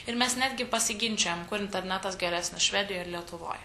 ir mes netgi pasiginčijam kur internetas geresnis švedijoj ar lietuvoj